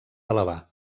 elevar